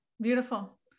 Beautiful